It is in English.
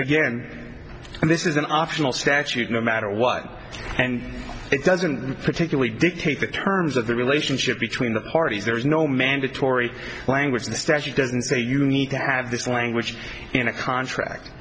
again this is an optional statute no matter what and it doesn't particularly dictate the terms of the relationship between the parties there is no mandatory language in the statute doesn't say you need to have this language in a contract